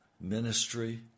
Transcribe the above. ministry